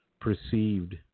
perceived